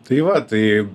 tai va tai